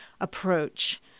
approach